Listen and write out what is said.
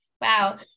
wow